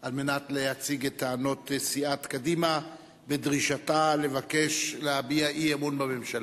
על מנת להציג את טענות סיעת קדימה בדרישתה לבקש להביע אי-אמון בממשלה.